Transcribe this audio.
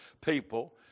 people